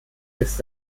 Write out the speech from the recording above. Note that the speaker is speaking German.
ist